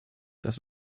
dass